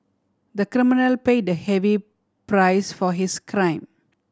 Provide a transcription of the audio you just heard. the criminal paid a heavy price for his crime